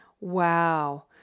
Wow